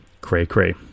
cray-cray